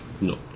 No